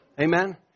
Amen